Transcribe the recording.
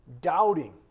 doubting